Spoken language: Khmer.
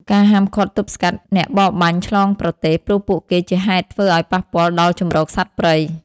ការហាមឃាត់ទប់ស្កាត់អ្នកបរបាញ់ឆ្លងប្រទេស ព្រោះពួកគេជាហេតុធ្វើឲ្យប៉ះពាល់ដល់ជម្រកសត្វព្រៃ។